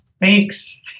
Thanks